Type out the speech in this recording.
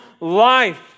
life